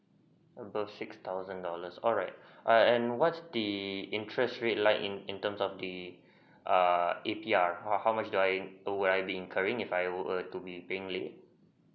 above six thousand dollars alright and and what's the interest rate like in in terms of the err if yeah how how much do I do I'll be incurring if I were being paying late